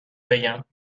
بگم